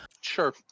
Sure